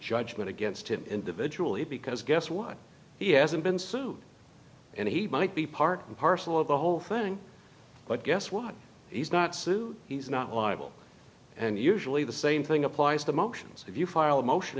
judgment against him individually because guess what he hasn't been sued and he might be part and parcel of the whole thing but guess what he's not sued he's not liable and usually the same thing applies to motions if you file a motion